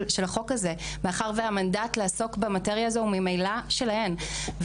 החוק הזה מאחר שהמנדט לעסוק במטריה הזו הוא ממילא שלהן.